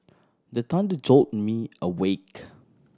the thunder jolt me awake